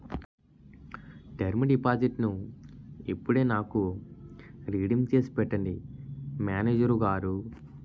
term డిపాజిట్టును ఇప్పుడే నాకు రిడీమ్ చేసి పెట్టండి మేనేజరు గారు